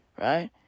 Right